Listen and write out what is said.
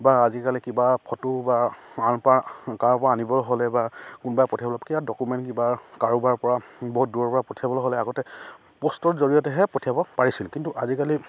বা আজিকালি কিবা ফটো বা আনৰপৰা কাৰোবাৰপৰা আনিব হ'লে বা কোনোবাই পঠিয়াব কিবা ডকুমেণ্ট কিবা কাৰোবাৰপৰা বহুত দূৰৰপৰা পঠিয়াবলৈ হ'লে আগতে প'ষ্টৰ জৰিয়তেহে পঠিয়াব পাৰিছিল কিন্তু আজিকালি